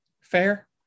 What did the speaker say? fair